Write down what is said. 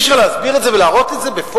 אי-אפשר להסביר את זה ולהראות את זה בפועל?